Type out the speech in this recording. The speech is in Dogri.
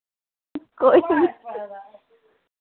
ओह्